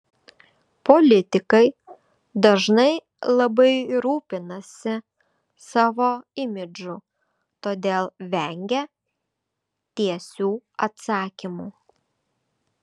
politikai dažnai labai rūpinasi savo imidžu todėl vengia tiesių atsakymų